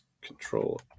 control